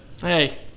Hey